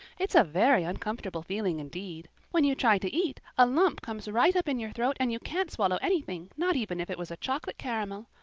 it's a very uncomfortable feeling indeed. when you try to eat a lump comes right up in your throat and you can't swallow anything, not even if it was a chocolate caramel.